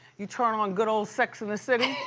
you turn on good old sex and the city.